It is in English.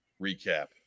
recap